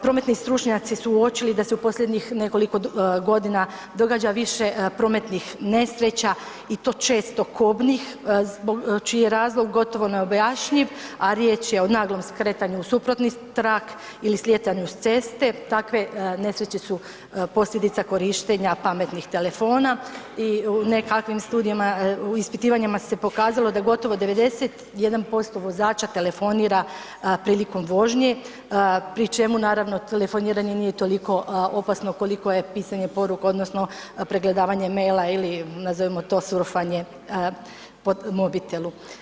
Prometni stručnjaci su uočili da se u posljednjih nekoliko godina događa više prometnih nesreća i to često kobnih čiji je razlog gotovo neobjašnjiv, a riječ je naglom skretanju u suprotni trak ili slijetanju s ceste, takve nesreće su posljedica korištenja pametnih telefona i u nekakvim studijama, u ispitivanjima se pokazalo da gotovo 91% vozača telefonira prilikom vožnje, pri čemu naravno telefoniranje nije toliko opasno koliko je pisanje poruka odnosno pregledavanje maila ili nazovimo to surfanje po mobitelu.